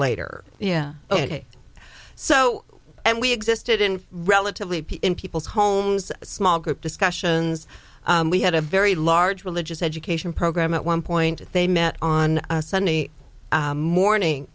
later yeah ok so we existed in relatively in people's homes a small group discussions we had a very large religious education program at one point they met on a sunday morning